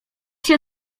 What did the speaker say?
się